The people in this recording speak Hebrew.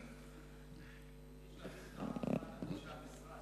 הוא ביקש להוסיף את תודתו לאנשי המשרד.